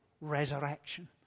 resurrection